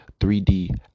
3d